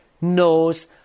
knows